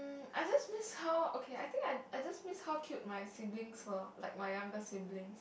I just miss how okay I think I I just miss how cute my siblings were like my younger siblings